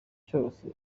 cyose